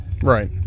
right